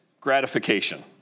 gratification